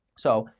so,